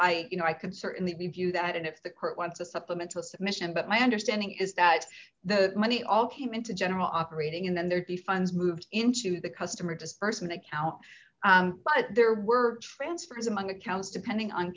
i you know i can certainly view that if the court wants a supplemental submission but my understanding is that the money all came into general operating and then there'd be funds moved into the customer disbursement account but there were transfers among accounts depending on